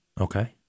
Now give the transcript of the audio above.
Okay